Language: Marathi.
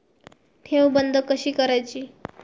ठेव बंद कशी करायची?